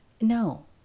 no